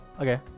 Okay